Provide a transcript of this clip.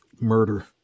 murder